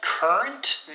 Current